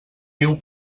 viu